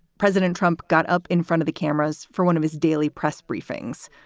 president trump got up in front of the cameras for one of his daily press briefings,